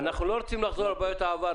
אנחנו לא רוצים לחזור על טעויות העבר.